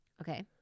Okay